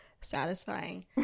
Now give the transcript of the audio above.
satisfying